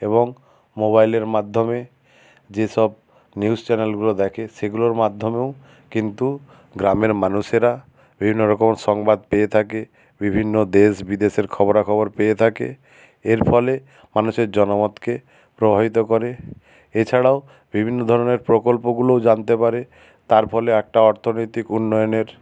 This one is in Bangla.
এবং মোবাইলের মাধ্যমে যে সব নিউজ চ্যানেলগুলো দেখে সেগুলোর মাধ্যমেও কিন্তু গ্রামের মানুষেরা বিভিন্ন রকম সংবাদ পেয়ে থাকে বিভিন্ন দেশ বিদেশের খবরাখবর পেয়ে থাকে এর ফলে মানুষের জনমতকে প্রভাবিত করে এছাড়াও বিভিন্ন ধরনের প্রকল্পগুলোও জানতে পারে তার ফলে একটা অর্থনৈতিক উন্নয়নের